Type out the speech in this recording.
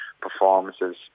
performances